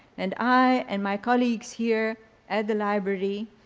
and i and my colleagues here at the library,